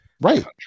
Right